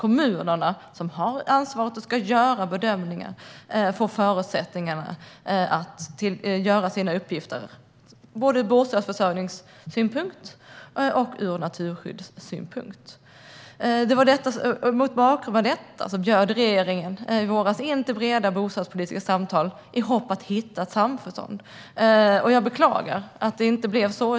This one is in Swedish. Kommunerna, som har ansvaret för bedömningen, måste få förutsättningar att sköta sina uppgifter både ur bostadsförsörjningssynpunkt och ur naturskyddssynpunkt. Mot bakgrund av detta bjöd regeringen i våras in till breda bostadspolitiska samtal i hopp om att nå ett samförstånd. Jag beklagar att det inte blev så.